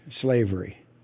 slavery